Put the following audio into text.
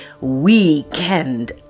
weekend